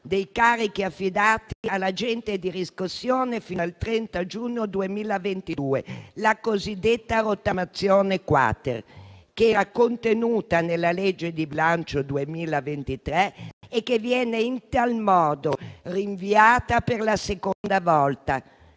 dei carichi affidati all'agente di riscossione fino al 30 giugno 2022, la cosiddetta rottamazione-*quater*, che era contenuta nella legge di bilancio 2023 e che viene in tal modo rinviata per la seconda volta,